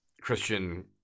Christian